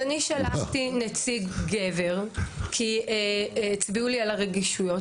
אז אני שלחתי נציג שהוא גבר כי הצביעו לי על הרגישויות,